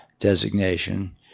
designation